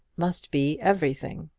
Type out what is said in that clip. must be everything.